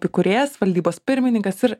įkūrėjas valdybos pirmininkas ir